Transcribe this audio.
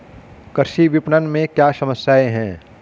कृषि विपणन में क्या समस्याएँ हैं?